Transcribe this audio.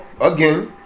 again